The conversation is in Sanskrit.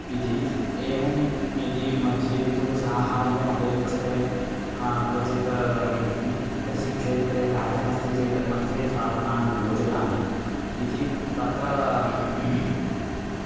इति एवं यदि मध्ये पितुः सहायः अपेक्ष्यते क्वचित् कृषिक्षेत्रे कार्यमस्ति चेत् मध्ये स्वात्मानं योजयामि इति तत्र